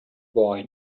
boy